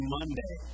Monday